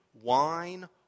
wine